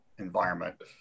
environment